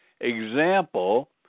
example